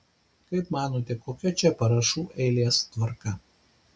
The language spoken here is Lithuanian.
kaip manote kokia čia parašų eilės tvarka